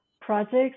projects